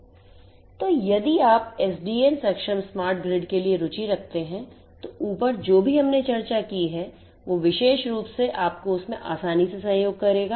तो यदि आप SDN सक्षम स्मार्ट ग्रिड के लिए रुचि रखते हैं तो ऊपर जो भी हमने चर्चा की है वो विशेष रूप से आपको उसमे आसानी से सहयोग करेगा